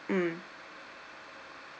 mm